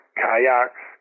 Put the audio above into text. kayaks